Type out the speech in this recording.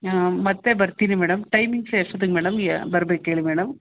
ಹಾಂ ಮತ್ತೆ ಬರ್ತೀನಿ ಮೇಡಮ್ ಟೈಮಿಂಗ್ಸ್ ಎಷ್ಟೊತ್ತಿಗೆ ಮೇಡಮ್ ಯ ಬರ್ಬೇಕು ಹೇಳಿ ಮೇಡಮ್